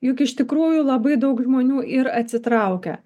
juk iš tikrųjų labai daug žmonių ir atsitraukia